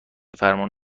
فرمون